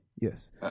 Yes